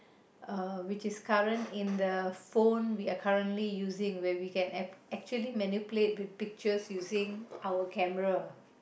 uh which is current in the phone we are currently using where we can act actually manipulate with pictures using our camera